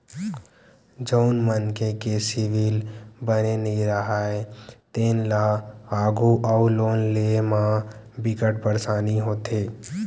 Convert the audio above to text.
जउन मनखे के सिविल बने नइ राहय तेन ल आघु अउ लोन लेय म बिकट परसानी होथे